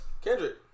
Kendrick